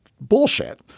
bullshit